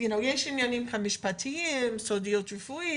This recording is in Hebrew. יש עניינים משפטיים כמו סודיות רפואית